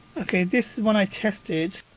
ok, this one i tested.